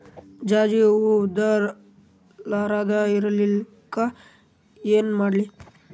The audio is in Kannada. ಜಾಜಿ ಹೂವ ಉದರ್ ಲಾರದ ಇರಲಿಕ್ಕಿ ಏನ ಮಾಡ್ಲಿ?